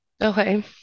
Okay